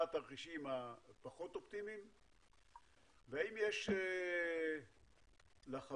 התרחישים הפחות אופטימיים והאם יש לחברות